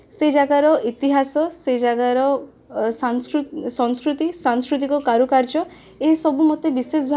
ଚଉଦବର୍ଷ ବନବାସ ଯିବା ମଧ୍ୟରେ ସୀତାଙ୍କୁ ଚୋରି ଶ୍ରୀରାମଙ୍କର